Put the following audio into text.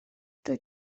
dwyt